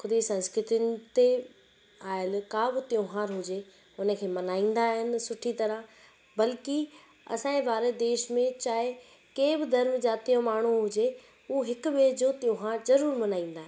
ख़ुदि ई संस्कृतिन ते आयल का बि त्योहार हुजे उन खे मनाईंदा इन सुठी तरह बल्कि असां जे भारत देश में चाहे कंहिं बि धर्म जातीअ जो माण्हू हुजे उहो हिक ॿिए जो त्योहार ज़रूरु मनाईंदा आहिनि